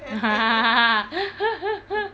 ha ha ha ha ha